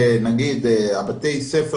בתי הספר